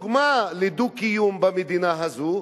דוגמה לדו-קיום במדינה הזאת?